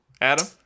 Adam